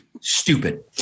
stupid